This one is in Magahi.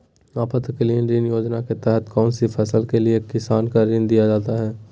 आपातकालीन ऋण योजना के तहत कौन सी फसल के लिए किसान को ऋण दीया जाता है?